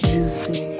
Juicy